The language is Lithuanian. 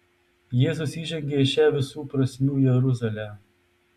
jėzus įžengia į šią visų prasmių jeruzalę